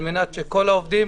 לכל העובדים.